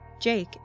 Jake